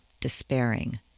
despairing